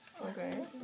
Okay